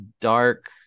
dark